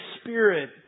Spirit